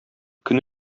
көн